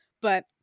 But-